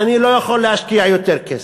אני לא יכול להשקיע יותר כסף.